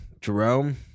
Jerome